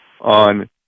on